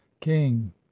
king